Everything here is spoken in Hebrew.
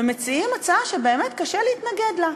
ומציעים הצעה שבאמת קשה להתנגד לה: